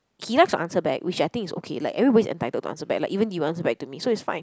he likes to answer back which I think it's okay like everybody is entitled to answer back even you answer back to me so it's fine